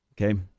okay